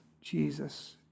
Jesus